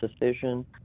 decision